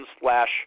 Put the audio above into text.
slash